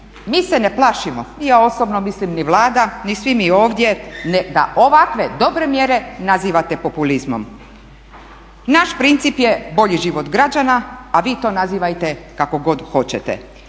mi se ne plašimo. Ja osobno mislim ni Vlada ni svi mi ovdje da ovakve dobre mjere nazivate populizmom. Naš princip je bolji život građana, a vi to nazivajte kako god hoćete.